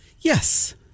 Yes